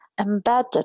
embedded